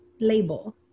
label